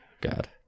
God